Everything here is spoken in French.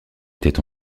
était